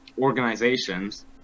organizations